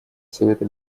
совета